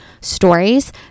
stories